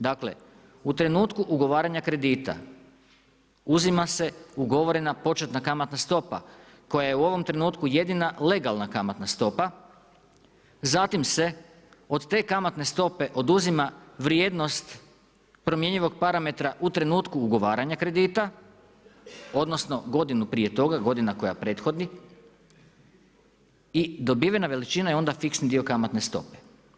Dakle u trenutku ugovaranja kredita, uzima se ugovorena početna kamatna stopa koja je u ovom trenutku jedina legalna kamatna stopa, zatim se od te kamatne stope oduzima vrijednost promjenjivog parametra u trenutku ugovaranja kredita odnosno godina prije toga godina koja prethodi i dobivena veličina je onda fiksni dio kamatne stope.